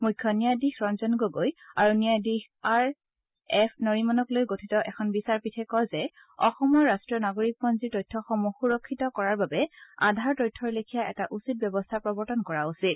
মুখ্য ন্যায়াধীশ ৰঞ্জন গগৈ আৰু ন্যায়াধীশ আৰ এফ নৰিমনক লৈ গঠিত এখন বিচাৰপীঠে কয় যে অসমৰ ৰাষ্টীয় নাগৰিকপঞ্জীৰ তথ্যসমূহ সূৰক্ষিত কৰাৰ বাবে আধাৰ তথ্যৰ লেখীয়া এটা উচিত ব্যৱস্থা প্ৰৱৰ্তন কৰা উচিত